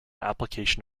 application